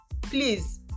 please